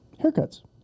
Haircuts